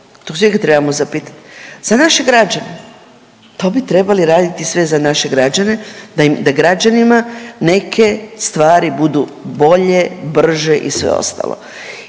to se uvijek trebamo zapitati. Za naše građane, to bi trebali raditi sve za naše građane da građanima neke stvari budu bolje, brže i sve ostalo.